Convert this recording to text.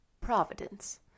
Providence